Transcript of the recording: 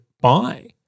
buy